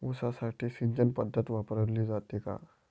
ऊसासाठी सिंचन पद्धत वापरली जाते का?